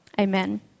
amen